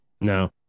no